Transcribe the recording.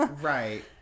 Right